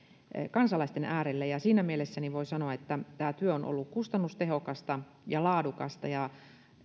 kansalaisten äärelle siinä mielessä voi sanoa että tämä työ on ollut kustannustehokasta ja laadukasta